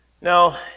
Now